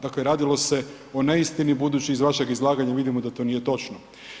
Dakle, radimo se o neistini budući iz vašeg izlaganja vidimo da to nije točno.